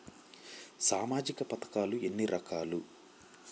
సామాజిక పథకాలు ఎన్ని రకాలు?